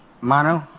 Manu